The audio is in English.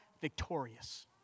victorious